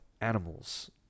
animals